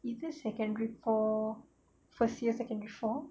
either secondary or first year secondary four